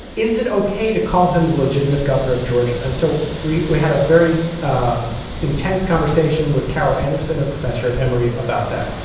is it ok to call him the legitimate governor of georgia? and so we we had a very intense conversation with carol anderson, a professor at emory, about that.